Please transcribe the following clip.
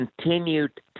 continued